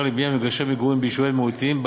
לבנייה במגרשי מגורים ביישובי מיעוטים,